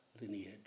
lineage